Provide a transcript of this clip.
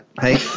Hey